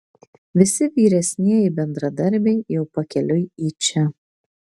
visi vyresnieji bendradarbiai jau pakeliui į čia